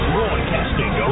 Broadcasting